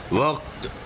وقت